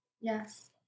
yes